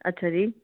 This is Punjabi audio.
ਅੱਛਾ ਜੀ